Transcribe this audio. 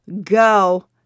Go